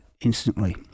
instantly